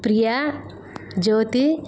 Priya Jyothi